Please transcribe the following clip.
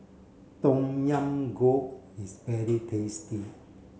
Tom Yam Goong is very tasty